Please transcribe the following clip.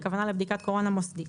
הכוונה לבדיקת קורונה מוסדות